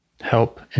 help